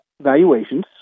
valuations